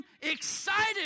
excited